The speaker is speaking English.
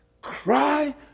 Cry